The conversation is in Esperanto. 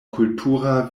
kultura